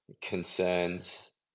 concerns